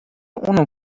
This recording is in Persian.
اونو